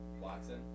Watson